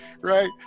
Right